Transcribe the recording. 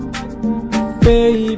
Baby